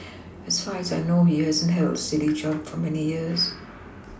as far as I know he hasn't held a steady job for many years